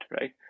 right